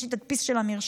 יש לי תדפיס של המרשם,